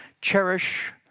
Cherish